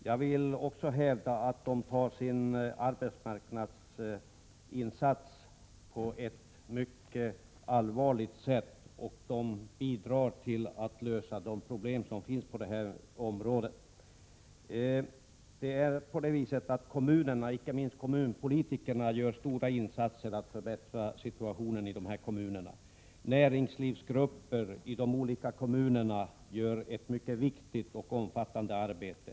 Jag vill också hävda att de tar sin arbetsmarknadsinsats på ett mycket allvarligt sätt och att de bidrar till att lösa de problem som finns inom detta område. Kommunerna, och icke minst kommunpolitikerna, gör stora insatser för att förbättra situationen i dessa kommuner. Näringslivsgrupper i de olika kommunerna gör ett mycket viktigt och omfattande arbete.